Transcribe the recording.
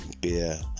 beer